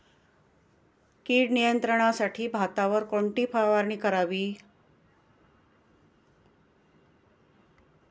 कीड नियंत्रणासाठी भातावर कोणती फवारणी करावी?